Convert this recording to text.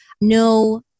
No